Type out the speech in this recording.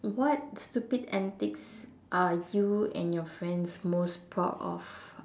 what stupid antics are you and your friends most proud of